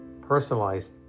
personalized